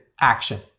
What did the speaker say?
action